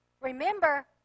Remember